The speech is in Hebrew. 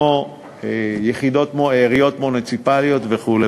רשויות מוניציפליות וכו'.